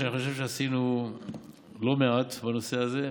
אני חושב שעשינו לא מעט בנושא הזה,